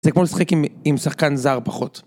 זה כמו לשחק עם שחקן זר פחות.